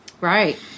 Right